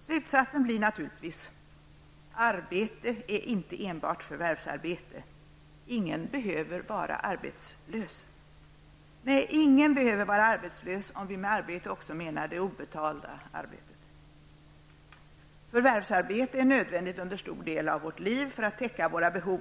Slutsatsen blir naturligtvis: Arbete är inte enbart förvärvsarbete. Ingen behöver vara arbetslös. Nej, ingen behöver vara arbetslös om vi med arbete också menar det obetalda arbetet. Förvärvsarbete är nödvändigt under stor del av vårt liv för att täcka våra behov,